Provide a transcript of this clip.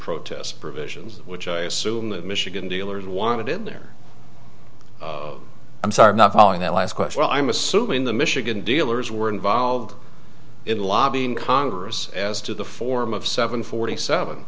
protests provisions which i assume that michigan dealers want in their i'm sorry not following that last question i'm assuming the michigan dealers were involved in lobbying congress as to the form of seven forty seven